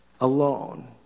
alone